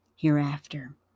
Hereafter